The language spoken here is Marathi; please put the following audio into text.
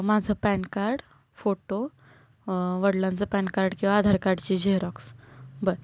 माझं पॅन कार्ड फोटो वडिलांचं पॅन कार्ड किंवा आधार कार्डची झेरॉक्स बरं